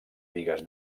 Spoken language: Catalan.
bigues